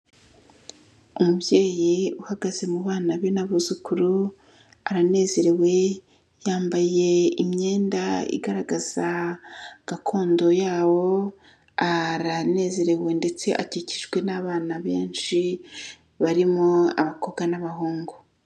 Umubyeyi uhagaze mu bana be n'abuzukuru aranezerewe, yambaye imyenda igaragaza gakondo yabo, aranezerewe ndetse akikijwe n'abana benshi barimo abakobwa n'abahungu.